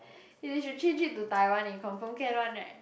they should change it to Taiwan then confirm can one right